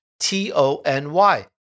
T-O-N-Y